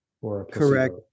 Correct